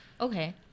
Okay